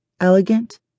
Elegant